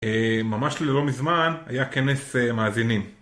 ממש ללא מזמן היה כנס מאזינים.